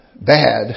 bad